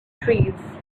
trees